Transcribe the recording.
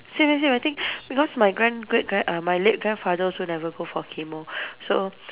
same same I think because my grand great gra~ err my late grandfather also never go for chemo so